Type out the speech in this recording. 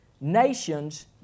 Nations